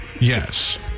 Yes